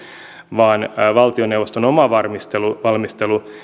vaan valtioneuvoston oman valmistelun